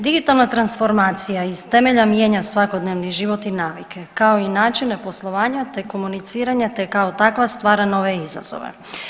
Digitalna transformacija iz temelja mijenja svakodnevni život i navike, kao i načine poslovanja te komuniciranja te kao takva stvara nove izazove.